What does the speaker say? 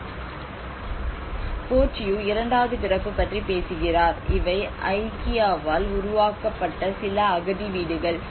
Bourdieu இரண்டாவது பிறப்பு பற்றி பேசுகிறார் இவை ஐக்கியாவால் உருவாக்கப்பட்ட சில அகதி வீடுகள்